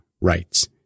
Writes